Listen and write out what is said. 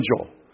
angel